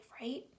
right